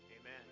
Amen